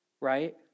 right